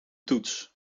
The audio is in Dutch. toets